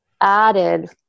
added